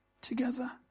together